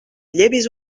llevis